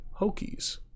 Hokies